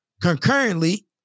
concurrently